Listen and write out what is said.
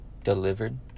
Delivered